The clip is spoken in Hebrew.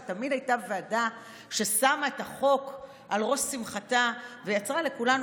שתמיד הייתה ועדה ששמה את החוק על ראש שמחתה ויצרה לכולנו